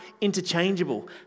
interchangeable